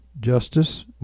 justice